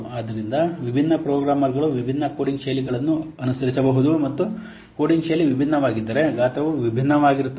ಆದ್ದರಿಂದ ವಿಭಿನ್ನ ಪ್ರೋಗ್ರಾಮರ್ಗಳು ವಿಭಿನ್ನ ಕೋಡಿಂಗ್ ಶೈಲಿಗಳನ್ನು ಅನುಸರಿಸಬಹುದು ಮತ್ತು ಕೋಡಿಂಗ್ ಶೈಲಿ ವಿಭಿನ್ನವಾಗಿದ್ದರೆ ಗಾತ್ರವು ವಿಭಿನ್ನವಾಗಿರುತ್ತದೆ